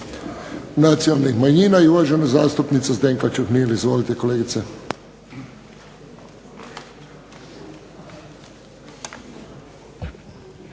Hvala.